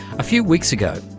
a few weeks ago,